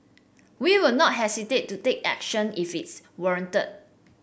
we will not hesitate to take action if it's warranted